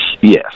Yes